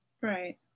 Right